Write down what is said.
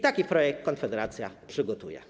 Taki projekt Konfederacja przygotuje.